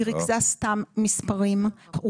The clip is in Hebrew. היא ריכזה סתם מספרים,